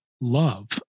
love